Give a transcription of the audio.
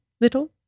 little